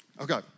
Okay